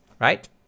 Right